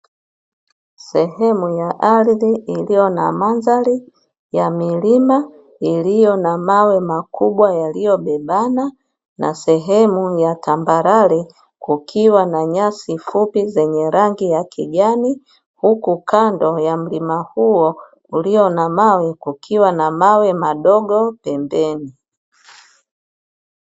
Sehemu ya ardhi iliyo na mandhari ya milima iliyo na mawe makubwa yaliyobebana na sehemu ya tambarare kukiwa nyasi fupi zenye rangi ya kijani huku kando ya mlima huo ulio na mawe kukiwa na mawe madogo pembeni.